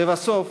לבסוף,